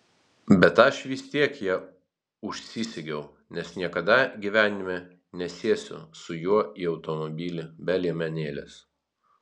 bet aš vis tiek ją užsisegiau nes niekada gyvenime nesėsiu su juo į automobilį be liemenėlės